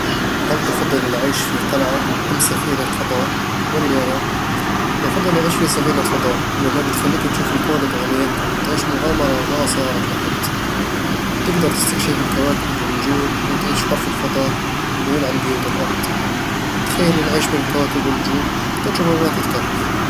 هل تفضل العيش في قلعة أم سفينة فضاء؟ ولماذا؟ بفضّل اعيش في سفينة فضاء، لأنها بتخليك تشوف الكون بعينيك وتعيش مغامرة ما صارت لحد تقدر تستكشف الكواكب والنجوم وتعيش حر في الفضاء بعيد عن قيود الأرض تخيل العيش بين الكواكب والنجوم، تجربة ما تتكرر